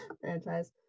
franchise